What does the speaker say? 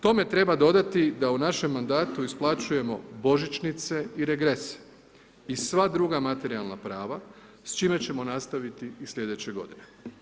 Tome treba dodati da u našem mandatu isplaćujemo božićnice i regrese i sva druga materijalna prava s čime ćemo nastaviti i slijedeće godine.